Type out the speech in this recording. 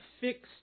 fixed